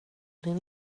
din